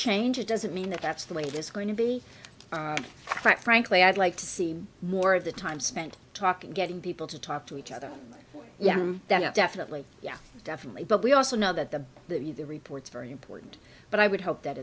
change it doesn't mean that that's the way it is going to be quite frankly i'd like to see more of the time spent talking getting people to talk to each other yeah definitely yeah definitely but we also know that the the the the report's very important but i would hope that